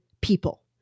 people